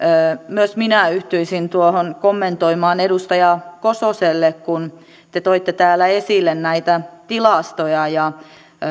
myös minä yhtyisin tuohon kommentoimaan edustaja kososelle kun te toitte täällä esille näitä tilastoja ja